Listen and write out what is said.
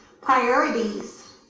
priorities